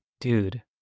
dude